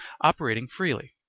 operating freely.